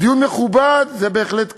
דיון מכובד, זה בהחלט כן,